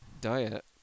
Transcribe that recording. diet